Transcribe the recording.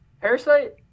parasite